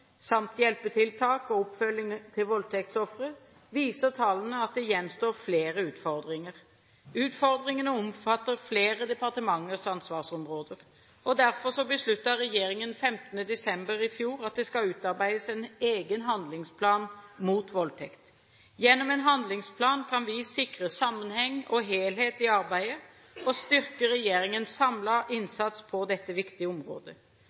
samt hjelpetiltak og oppfølging til voldtektsofre, viser tallene at det gjenstår flere utfordringer. Utfordringene omfatter flere departementers ansvarsområder. Derfor besluttet regjeringen 15. desember i fjor at det skal utarbeides en egen handlingsplan mot voldtekt. Gjennom en handlingsplan kan vi sikre sammenheng og helhet i arbeidet og styrke regjeringens samlede innsats på dette viktige området.